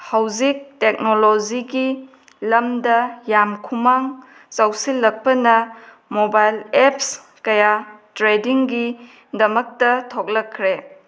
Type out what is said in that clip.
ꯍꯧꯖꯤꯛ ꯇꯦꯛꯅꯣꯂꯣꯖꯤꯒꯤ ꯂꯝꯗ ꯌꯥꯝ ꯈꯨꯃꯥꯡ ꯆꯥꯎꯁꯤꯜꯂꯛꯄꯅ ꯃꯣꯕꯥꯏꯜ ꯑꯦꯞꯁ ꯀꯌꯥ ꯇ꯭ꯔꯦꯗꯤꯡꯒꯤꯗꯃꯛꯇ ꯊꯣꯛꯂꯛꯈ꯭ꯔꯦ